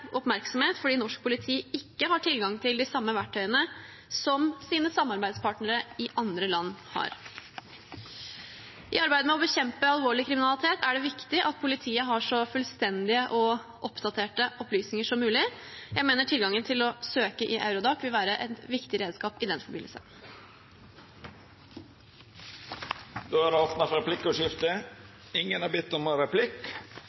oppmerksomhet fordi norsk politi ikke har tilgang til de samme verktøyene som sine samarbeidspartnere i andre europeiske land. I arbeidet med å bekjempe alvorlig kriminalitet er det viktig at politiet har så fullstendige og oppdaterte opplysninger som mulig. Jeg mener tilgangen til å søke i Eurodac vil være et viktig redskap i